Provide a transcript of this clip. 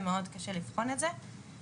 ומאוד קשה לבחון את זה,